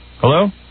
Hello